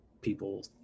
people